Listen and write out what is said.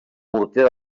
morter